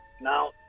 Now